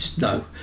no